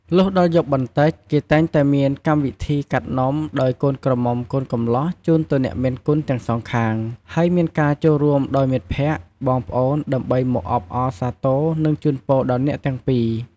លុះដល់យប់បន្តិច គេតែងតែមានកម្មវិធីកាត់នំដោយកូនក្រមុំកូនកំលោះជូនទៅអ្នកមានគុណទាំងសងខាង ហើយមានការចូលរួមដោយមិត្តភក្តិ បងប្អូនដើម្បីមកអបអរសាទរនិងជូនពរដល់អ្នកទាំងពីរ។